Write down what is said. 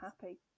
happy